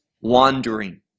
wandering